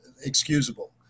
excusable